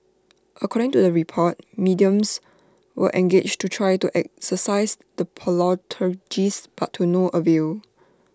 according to the report mediums were engaged to try to exorcise the poltergeists but to no avail